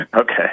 Okay